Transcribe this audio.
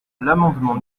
l’amendement